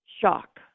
shock